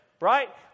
Right